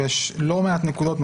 ויש לא מעט נקודות.